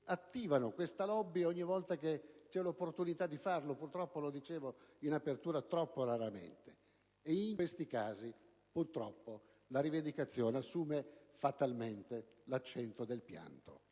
attivano questa *lobby* ogni volta che c'è l'opportunità di farlo ma, come dicevo in apertura, troppo raramente. E in questi casi, purtroppo, la rivendicazione assume fatalmente l'accento del pianto,